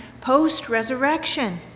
post-resurrection